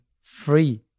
free